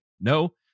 No